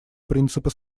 принципы